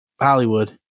Hollywood